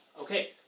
Okay